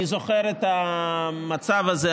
אני זוכר את המצב הזה.